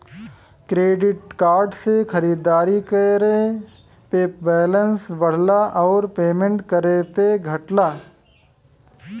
credit card से खरीदारी करे पे बैलेंस बढ़ला आउर पेमेंट करे पे घटला